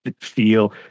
feel